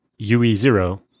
UE0